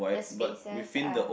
the spaces ah